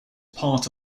part